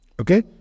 Okay